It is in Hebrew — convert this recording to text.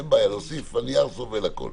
אין בעיה להוסיף, הנייר סובל הכול.